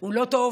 הוא לא טוב